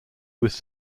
was